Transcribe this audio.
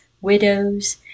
widows